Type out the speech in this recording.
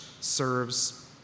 serves